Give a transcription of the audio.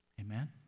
Amen